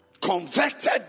converted